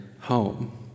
home